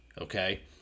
Okay